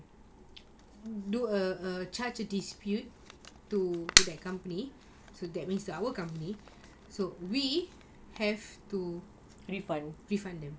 do a a charge dispute to that company so that means our company so we have to refund them